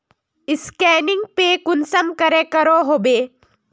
Scanning पे कुंसम करे करो होबे?